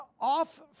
off